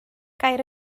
gair